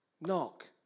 knock